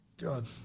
God